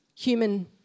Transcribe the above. Human